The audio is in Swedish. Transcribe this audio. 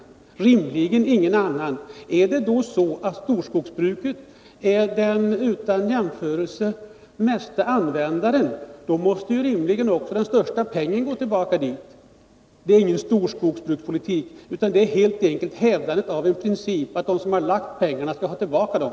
Det är rimligen ingen annan. Om storskogsbruket är den utan jämförelse största användaren, måste ju rimligen också mest gå tillbaka dit. Detta är ju ingen storskogspolitik, utan helt enkelt hävdandet av principen att de som har lagt ut pengarna skall få tillbaka dem.